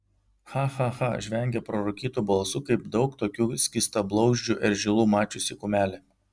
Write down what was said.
cha cha cha žvengia prarūkytu balsu kaip daug tokių skystablauzdžių eržilų mačiusi kumelė